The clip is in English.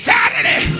Saturday